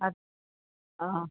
অঁ